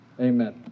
Amen